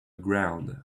ground